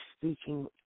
speaking